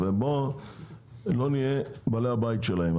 בוא לא נהיה בעלי הבית שלהם.